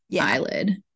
eyelid